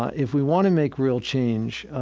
ah if we want to make real change,